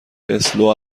اسلو